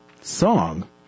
song